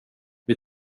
vid